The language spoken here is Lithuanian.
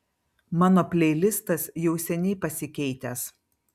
mano pleilistas jau seniai pasikeitęs